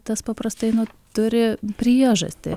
tas paprastai nu turi priežastį